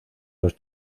los